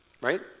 Right